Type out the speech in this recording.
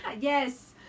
Yes